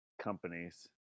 companies